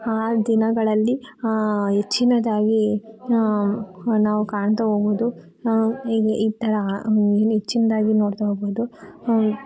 ಆ ದಿನಗಳಲ್ಲಿ ಹೆಚ್ಚಿನದ್ದಾಗಿ ನಾವು ಕಾಣ್ತಾ ಹೋಗ್ಬೋದು ಹೀಗೆ ಈ ಥರ ಇಲ್ಲಿ ಹೆಚ್ಚಿನದಾಗಿ ನೋಡ್ತಾ ಹೋಗ್ಬೋದು